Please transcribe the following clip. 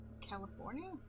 California